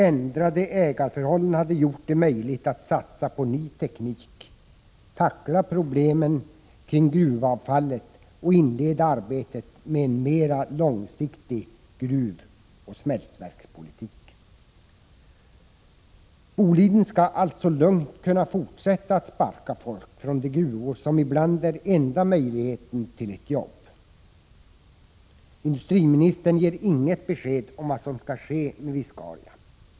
Ändrade ägarförhållanden hade gjort det möjligt att satsa på ny teknik, att tackla problemen kring gruvavfallet och att inleda arbetet med en mera långsiktig gruvoch smältverkspolitik. Boliden skall alltså lugnt kunna fortsätta att sparka folk från de gruvor som ibland utgör enda möjligheten till ett jobb. Industriministern ger inget besked om vad som skall ske med Viscaria.